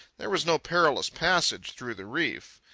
there was no perilous passage through the reef,